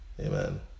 Amen